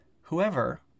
whoever